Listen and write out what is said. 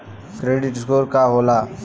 Credit score का होला?